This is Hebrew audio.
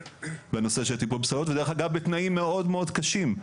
בנושא של טיפול בפסולות ודרך אגב בתנאים מאוד מאוד קשים,